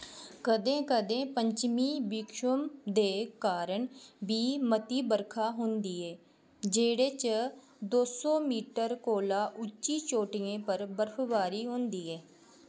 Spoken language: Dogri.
कदें कदें पच्छमीं विक्षम दे कारण बी मती बरखा होंदी ऐ जेह्ड़े च दो सो मीटर कोला उच्ची चोटियें पर बर्फबारी होंदी ऐ